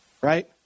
right